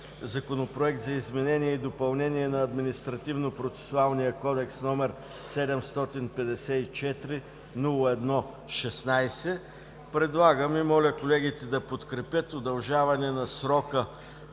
Законопроект за изменение и допълнение на Административно-процесуалния кодекс, № 754-01-16, предлагам и моля колегите да подкрепят удължаване на срока